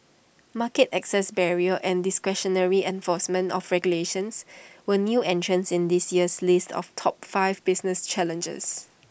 market access barriers and discretionary enforcement of regulations were new entrants in this year's list of top five business challenges